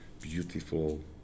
beautiful